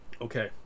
Okay